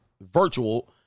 virtual